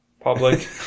public